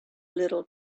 little